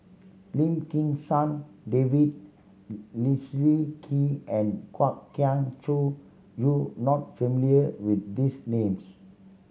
Lim Kim San David Leslie Kee and Kwok Kian Chow you not familiar with these names